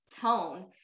tone